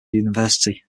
university